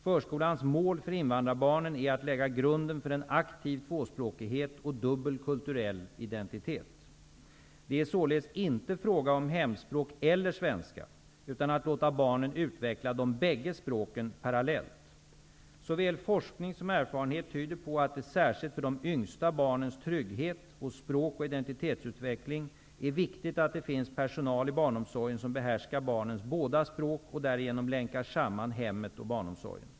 Förskolans mål för invandrarbarnen är att lägga grunden för en aktiv tvåspråkighet och dubbel kulturell identitet. Det är således inte en fråga om hemspråk eller svenska, utan att låta barnen utveckla de bägge språken parallellt. Såväl forskning som erfarenhet tyder på att det särskilt för de yngsta barnens trygghet och språk och identitetsutveckling är viktigt att det finns personal i barnomsorgen som behärskar barnens båda språk och därigenom länkar samman hemmet och barnomsorgen.